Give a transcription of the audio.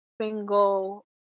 single